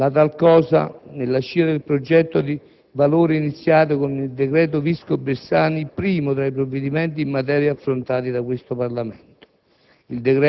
Signor Presidente, colleghi senatori,